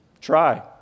Try